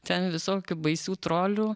ten visokių baisių trolių